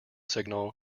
signal